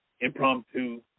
impromptu